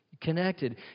Connected